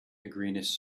greenish